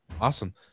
awesome